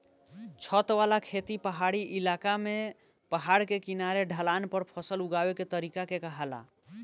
छत वाला खेती पहाड़ी क्इलाका में पहाड़ के किनारे ढलान पर फसल उगावे के तरीका के कहाला